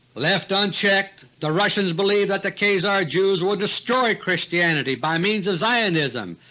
left unchecked, the russians believe that the khazar jews will destroy christianity by means of zionism,